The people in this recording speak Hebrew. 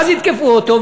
ואז יתקפו אותו,